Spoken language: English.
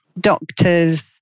doctors